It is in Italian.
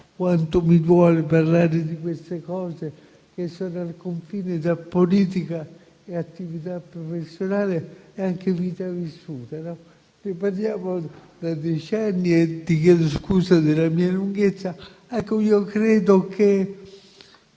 quanto mi duole parlare di queste cose, che sono al confine tra politica, attività professionale e anche vita vissuta. Ne parliamo da decenni e chiedo scusa della mia lungaggine, ma credo che